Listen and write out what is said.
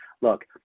Look